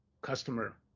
customer